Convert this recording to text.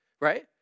right